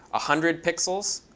hundred pixels